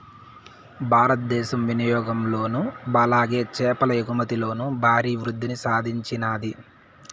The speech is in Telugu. భారతదేశం వినియాగంలోను అలాగే చేపల ఎగుమతిలోను భారీ వృద్దిని సాధించినాది